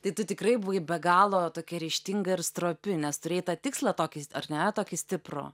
tai tu tikrai buvai be galo tokia ryžtinga ir stropi nes turėjai tą tikslą tokį s ar ne tokį stiprų